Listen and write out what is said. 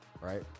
right